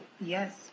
Yes